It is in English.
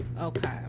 Okay